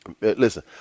listen